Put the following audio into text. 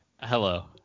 Hello